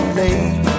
late